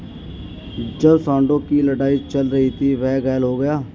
जब सांडों की लड़ाई चल रही थी, वह घायल हो गया